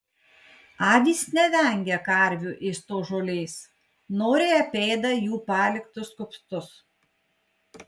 avys nevengia karvių ėstos žolės noriai apėda jų paliktus kupstus